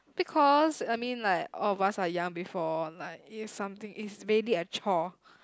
because I mean like all of us are young before like if something is really a chore